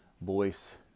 voice